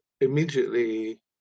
immediately